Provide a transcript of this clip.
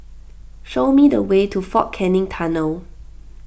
show me the way to fort Canning Tunnel